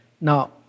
Now